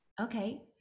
Okay